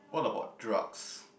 what about drugs